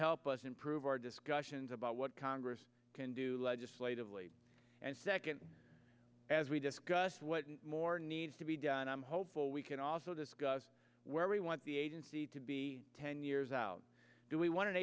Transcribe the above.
help us improve our discussions about what congress can do legislatively and second as we discussed what more needs to be done and i'm hopeful we can also discuss where we want the agency to be ten years out do we want